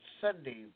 Sunday